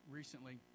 recently